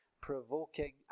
provoking